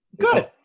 Good